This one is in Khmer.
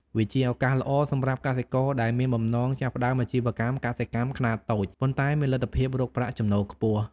វាជាឱកាសល្អសម្រាប់កសិករដែលមានបំណងចាប់ផ្តើមអាជីវកម្មកសិកម្មខ្នាតតូច ប៉ុន្តែមានលទ្ធភាពរកប្រាក់ចំណូលខ្ពស់។